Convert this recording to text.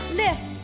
lift